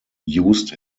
used